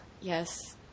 yes